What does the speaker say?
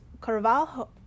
Carvalho